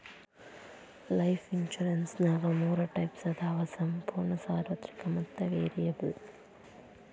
life ಇನ್ಸುರೆನ್ಸ್ನ್ಯಾಗ ಮೂರ types ಅದಾವ ಸಂಪೂರ್ಣ ಸಾರ್ವತ್ರಿಕ ಮತ್ತ ವೇರಿಯಬಲ್